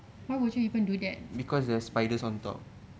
why would you even do that